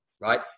right